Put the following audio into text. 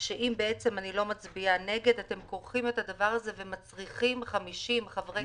שאם אני לא מצביעה נגד אתם כורכים את הדבר הזה ומצריכים 50 חברי כנסת.